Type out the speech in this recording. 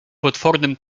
potwornym